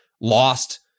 lost